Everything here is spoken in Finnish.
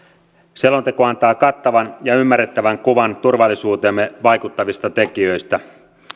selonteko antaa kattavan ja ymmärrettävän kuvan turvallisuuteemme vaikuttavista tekijöistä